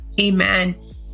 Amen